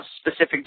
specific